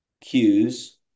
cues